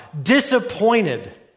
Disappointed